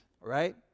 right